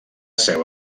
seu